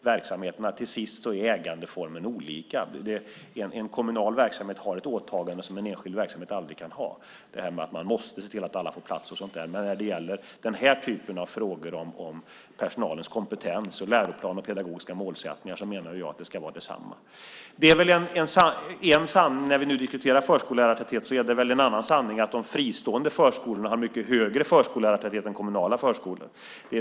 Till syvende och sist är ju ägandeformerna olika. En kommunal verksamhet har ett åtagande som en enskild verksamhet aldrig kan ha, detta att man måste se till att alla får en plats etcetera. Men när det gäller den här typen av frågor, personalens kompetens, läroplan och pedagogiska målsättningar, menar jag att åtagandet ska vara detsamma. Det är en sanning. När vi nu diskuterar förskollärartäthet är det väl en annan sanning att de fristående förskolorna har mycket högre förskollärartäthet än de kommunala förskolorna.